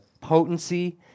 potency